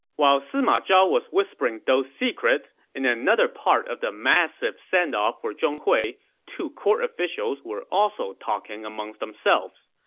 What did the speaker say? while sima zhao was whispering those secrets, in another part of the massive sendoff for zhong hui, two court officials were also talking amongst themselves.